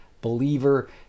believer